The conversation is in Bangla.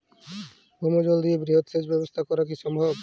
ভৌমজল দিয়ে বৃহৎ সেচ ব্যবস্থা করা কি সম্ভব?